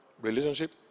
relationship